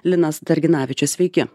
linas darginavičius sveiki